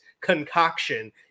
concoction